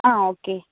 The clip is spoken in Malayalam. ആ ഓക്കെ